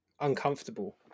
uncomfortable